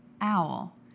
Owl